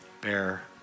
bear